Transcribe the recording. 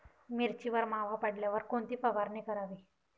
मिरचीवर मावा पडल्यावर कोणती फवारणी करावी?